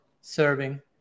serving